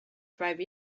five